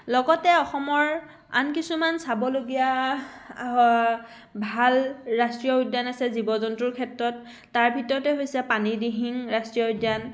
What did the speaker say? লগতে অসমৰ আন কিছুমান চাবলগীয়া ভাল ৰাষ্ট্ৰীয় উদ্যান আছে জীৱ জন্তুৰ ক্ষেত্ৰত তাৰ ভিতৰতে হৈছে পানী দিহিং ৰাষ্ট্ৰীয় উদ্যান